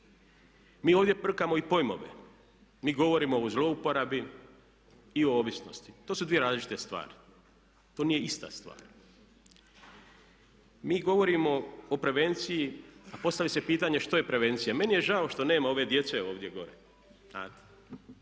Mi ovdje brkamo i pojmove. Mi govorimo o zlouporabi i o ovisnosti, to su dvije različite stvari, to nije ista stvar. Mi govorimo o prevenciji, a postavlja se pitanje što je prevencija. Meni je žao što nema ove djece ovdje gore,